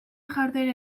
jarduera